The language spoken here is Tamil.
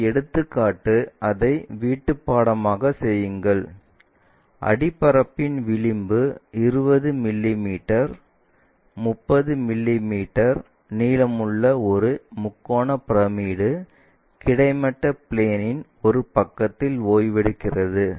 இந்த எடுத்துக்காட்டு அதை வீட்டுப்பாடமாக செய்யுங்கள் அடிபரப்பின் விழுந்து 20 மிமீ மற்றும் 30 மிமீ நீளமுள்ள ஒரு முக்கோண பிரமிடு கிடைமட்ட பிளேன்இன் ஒரு பக்கத்தில் ஓய்வெடுக்கிறது